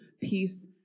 peace